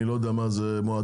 אני לא יודע מה זה מועדונים,